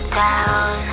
down